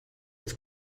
its